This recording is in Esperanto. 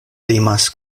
limas